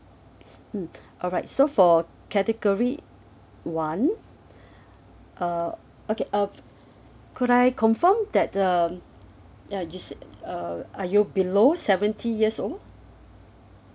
mm alright so for category one uh okay uh could I confirm that um ya just s~ uh are you below seventy years old